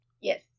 Yes